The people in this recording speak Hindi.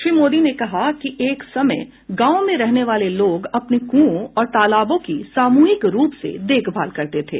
श्री मोदी ने कहा कि एक समय गांव में रहने वाले लोग अपने कुंओं और तालाबों की सामूहिक रूप से देखभाल करते थे